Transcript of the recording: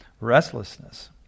restlessness